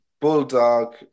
Bulldog